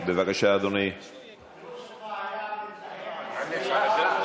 למען כבודם של אנשים,